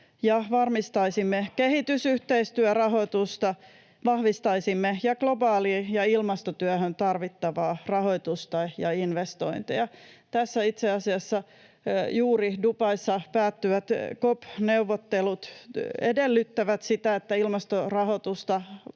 varmistaisimme kehitysyhteistyörahoitusta ja vahvistaisimme globaali- ja ilmastotyöhön tarvittavaa rahoitusta ja investointeja. Tässä itse asiassa juuri Dubaissa päättyvät COP-neuvottelut edellyttävät, että ilmastorahoitusta lisätään.